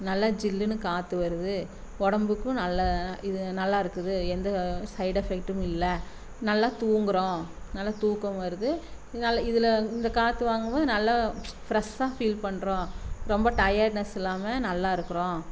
நல்ல ஜில்லுனு காத்து வருது உடம்புக்கும் நல்ல இது நல்லாருக்குது எந்த சைடு எஃபெக்ட்டும் இல்லை நல்லா தூங்குகிறோம் நல்லா தூக்கம் வருது இதில் இந்த காற்று வாங்கவும் நல்ல ஃப்ரெஷ்ஷாக ஃபீல் பண்ணுறோம் ரொம்ப டயட்னஸ் இல்லாமல் நல்லாருக்கிறோம்